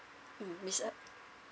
miss uh